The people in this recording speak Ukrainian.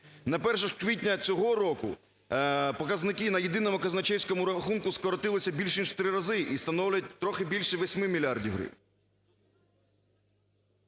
На 1 квітня цього року показники на єдиному казначейському рахунку скоротилися більш ніж в три рази і становлять трохи більше 8 мільярдів гривень.